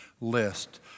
list